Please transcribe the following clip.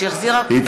שהחזירה ועדת החוקה,